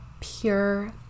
pure